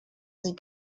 sie